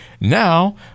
Now